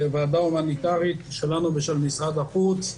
בוועדה ההומניטרית שלנו ושל משרד החוץ,